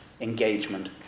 engagement